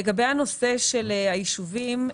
לגבי היישובים,